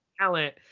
talent